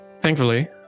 thankfully